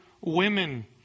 women